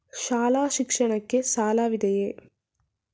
ಶಾಲಾ ಶಿಕ್ಷಣಕ್ಕೆ ಸಾಲವಿದೆಯೇ?